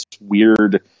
weird